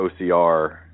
OCR